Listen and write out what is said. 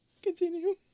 continue